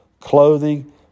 clothing